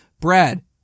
brad